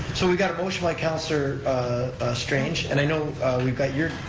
so we've got a motion by councilor strange and i know we've got your,